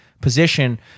position